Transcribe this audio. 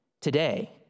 today